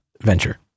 venture